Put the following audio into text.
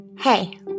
Hey